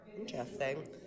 Interesting